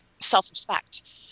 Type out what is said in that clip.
self-respect